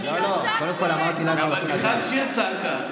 אבל מיכל שיר צעקה.